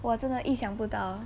我真的意想不到